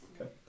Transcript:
Okay